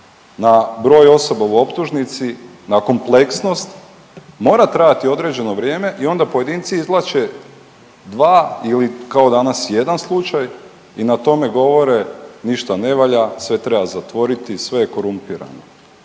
na broj osoba u optužnici, na kompleksnost mora trajati određeno vrijeme i onda pojedinci izvlače 2 ili, kao danas jedan slučaj i na tome govore, ništa ne valja, sve treba zatvorit, sve je korumpirano.